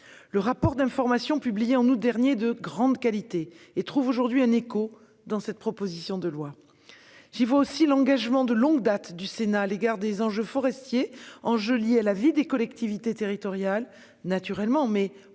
Le rapport d'information publié en août dernier est de grande qualité et trouve aujourd'hui un écho dans cette proposition de loi. Cela traduit aussi l'engagement de longue date du Sénat à l'égard des enjeux forestiers, qui sont liés, naturellement, à la vie des collectivités territoriales, mais aussi,